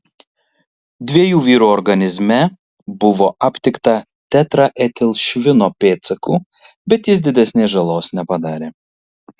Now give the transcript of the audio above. dviejų vyrų organizme buvo aptikta tetraetilšvino pėdsakų bet jis didesnės žalos nepadarė